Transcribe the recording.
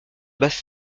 basse